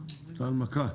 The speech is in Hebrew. הנמקה?